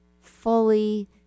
fully